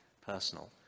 personal